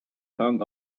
hung